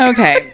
Okay